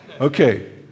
Okay